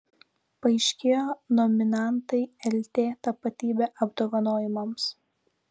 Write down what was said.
paaiškėjo nominantai lt tapatybė apdovanojimams